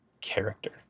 character